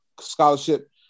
Scholarship